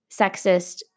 sexist